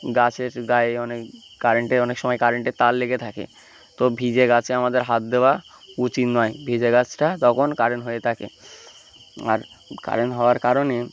গাছের গায়ে অনেক কারেন্টের অনেক সময় কারেন্টের তার লেগে থাকে তো ভিজে গাছে আমাদের হাত দেওয়া উচিত নয় ভিজে গাছটা তখন কারেন্ট হয়ে থাকে আর কারেন্ট হওয়ার কারণে